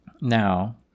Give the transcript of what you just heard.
Now